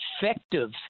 effective